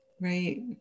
Right